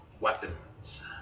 weapons